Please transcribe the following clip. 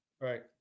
Right